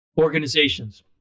organizations